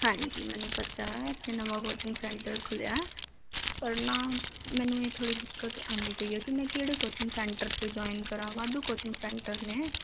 ਹਾਂਜੀ ਮੈਨੂੰ ਪਤਾ ਇੱਥੇ ਨਵਾਂ ਕੋਚਿੰਗ ਸੈਂਟਰ ਖੁੱਲ੍ਹਿਆ ਔਰ ਨਾ ਮੈਨੂੰ ਇਹ ਥੋੜ੍ਹੀ ਦਿੱਕਤ ਆਉਂਦੀ ਪਈ ਆ ਕਿ ਮੈਂ ਕਿਹੜੇ ਕੋਚਿੰਗ ਸੈਂਟਰ 'ਤੇ ਜੁਆਇਨ ਕਰਾਂ ਵਾਧੂ ਕੋਚਿੰਗ ਸੈਂਟਰ ਨੇ